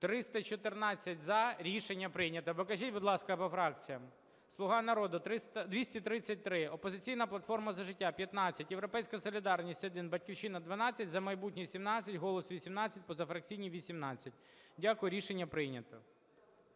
314 Рішення прийнято. Покажіть, будь ласка, по фракціям. "Слуга народу" – 233, "Опозиційна платформа - За життя" – 15, "Європейська солідарність" – 1, "Батьківщина" -12, "За майбутнє" – 17, "Голос" – 18, позафракційні – 18. Дякую. Рішення прийнято.